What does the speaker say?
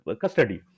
custody